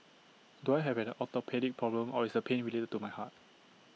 do I have an orthopaedic problem or is the pain related to my heart